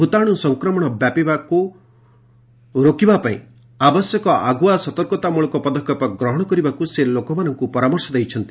ଭୂତାଣୁ ସଂକ୍ରମଣ ବ୍ୟାପିବାକୁ ରୋକିବା ପାଇଁ ଆବଶ୍ୟକ ଆଗୁଆ ସତର୍କତାମୂଳକ ପଦକ୍ଷେପ ଗ୍ରହଣ କରିବାକୁ ସେ ଲୋକମାନଙ୍କୁ ପରାମର୍ଶ ଦେଇଛନ୍ତି